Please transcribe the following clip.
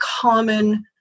common